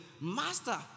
Master